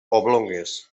oblongues